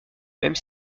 même